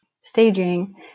staging